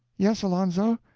yes, alonzo?